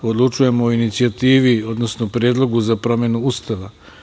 Odlučujemo o inicijativi, odnosno Predlogu za promenu Ustava.